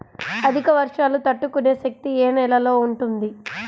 అధిక వర్షాలు తట్టుకునే శక్తి ఏ నేలలో ఉంటుంది?